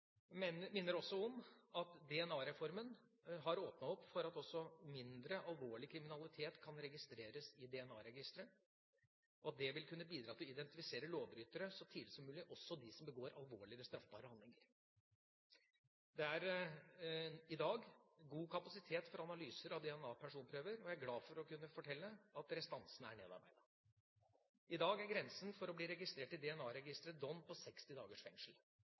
minner også om at DNA-reformen har åpnet for at også mindre alvorlig kriminalitet kan registreres i DNA-registeret, og det vil kunne bidra til å identifisere lovbrytere så tidlig som mulig – også dem som begår alvorligere straffbare handlinger. Det er i dag god kapasitet for analyser av DNA-personprøver, og jeg er glad for å kunne fortelle at restansene er nedarbeidet. I dag er grensen for å bli registrert i DNA-registeret dom på 60 dagers fengsel.